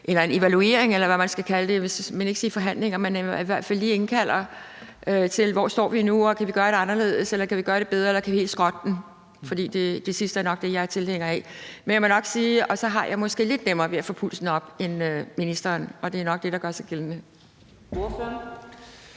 være en evaluering, eller hvad man skal kalde det. Jeg vil ikke sige forhandlinger, men man kunne i hvert fald lige indkalde os for at høre, hvor vi står nu, om vi kan gøre det anderledes, om vi kan gøre det bedre, eller om vi helt skal skrotte det. Det sidste er nok det, jeg er tilhænger af. Men jeg må nok sige, at jeg måske har lidt nemmere ved at få pulsen op end ministeren, og det er nok det, der gør sig gældende.